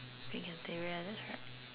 pink interior that's right